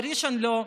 בראשון, לא,